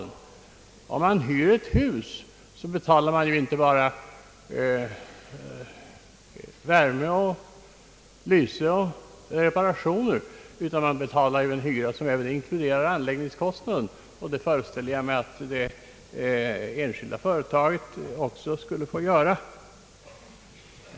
Om man hyr ett hus, betalar man ju inte bara värme och lyse och reparationer, utan hyran inkluderar även anläggningskostnaden. Jag föreställer mig att det enskilda företaget skulle få betala på motsvarande sätt.